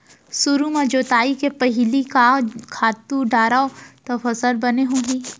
सुरु म जोताई के पहिली का खातू डारव त फसल बने होही?